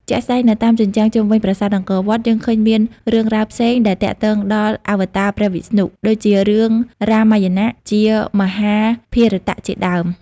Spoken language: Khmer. ជាក់ស្តែងនៅតាមជញ្ជាំងជុំវិញប្រាសាទអង្គវត្តយើងឃើញមានរឿងរ៉ាវផ្សេងដែលទាក់ទងដល់ អវតាព្រះវស្ណុ ដូចជារឿងរាមាយណៈ ជាមហាភារតៈជាដើម។